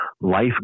life